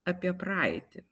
apie praeitį